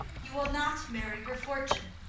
you will not marry her fortune.